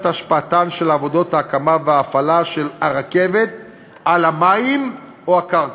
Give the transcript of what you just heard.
השפעתן של עבודות ההקמה וההפעלה של הרכבת על המים או הקרקע.